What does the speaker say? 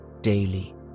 daily